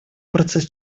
процесс